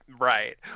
right